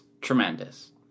tremendous